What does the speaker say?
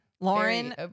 Lauren